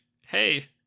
hey